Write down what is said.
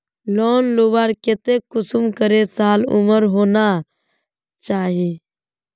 Loan लुबार केते कुंसम करे साल उमर होना चही?